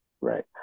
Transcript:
right